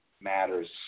matters